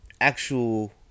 actual